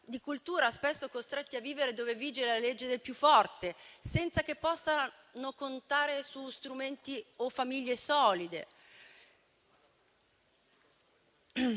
di cultura, spesso costrette a vivere dove vige la legge del più forte, senza che possano contare su strumenti o famiglie solide.